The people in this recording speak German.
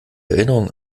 erinnerung